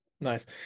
Nice